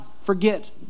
Forget